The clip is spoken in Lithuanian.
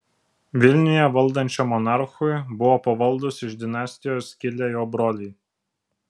vilniuje valdančiam monarchui buvo pavaldūs iš dinastijos kilę jo broliai